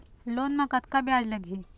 Loan म कतका ब्याज लगही?